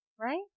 Right